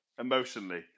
emotionally